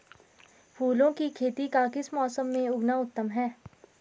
फूलों की खेती का किस मौसम में उगना उत्तम है?